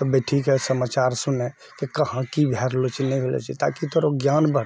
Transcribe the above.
तऽ बैठके समाचार सुनै कि कहाँ की भए रहलो छै नहि भए रहलो छै ताकि तोरामे ज्ञान बढ़तो